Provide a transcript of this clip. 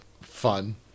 fun